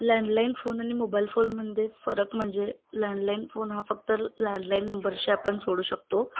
landline phone आणि mobile फोनमध्ये फरक म्हणजे लँडलाईन फोन हा फक्त लँडलाईन नंबरशी आपण जोडू शकतो